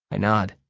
i nod.